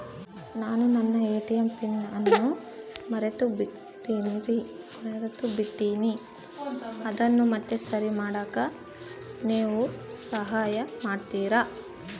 ನಾನು ನನ್ನ ATM PIN ಅನ್ನು ಮರೆತುಬಿಟ್ಟೇನಿ ಅದನ್ನು ಮತ್ತೆ ಸರಿ ಮಾಡಾಕ ನೇವು ಸಹಾಯ ಮಾಡ್ತಿರಾ?